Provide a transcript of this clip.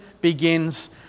begins